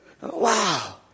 Wow